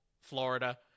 Florida